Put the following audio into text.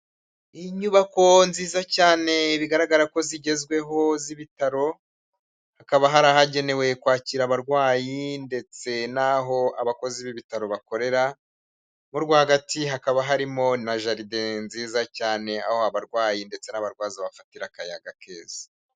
Inyubako nziza cyane bigaragara ko zigezweho z'ibitaro, hakaba hari ahagenewe kwakira abarwayi ndetse naho abakozi b'ibitaro bakorera, mo rwagati hakaba harimo na jaride nziza cyane, aho abarwayi ndetse n'abarwaza bafatira akayaga keza.